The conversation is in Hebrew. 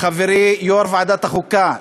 חברי יו"ר ועדת החוקה,